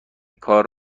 کار